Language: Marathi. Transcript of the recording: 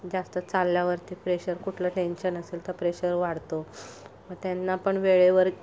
जास्त चालल्यावरती प्रेशर कुठलं टेन्शन असेल तर प्रेशर वाढतो मग त्यांना पण वेळेवर